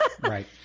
Right